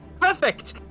Perfect